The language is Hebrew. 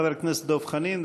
חבר הכנסת דב חנין,